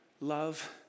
love